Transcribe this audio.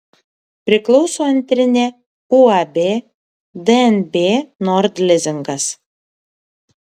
priklauso antrinė uab dnb nord lizingas